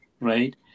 right